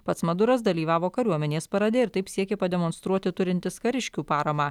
pats maduras dalyvavo kariuomenės parade ir taip siekė pademonstruoti turintis kariškių paramą